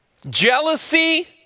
Jealousy